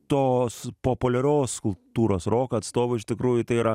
tos populiarios kultūros roko atstovai iš tikrųjų tai yra